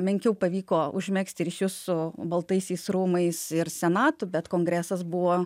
menkiau pavyko užmegzti ryšius su baltaisiais rūmais ir senatu bet kongresas buvo